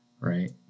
right